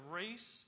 race